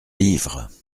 livres